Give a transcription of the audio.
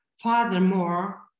Furthermore